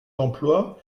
d’emploi